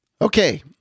Okay